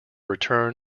return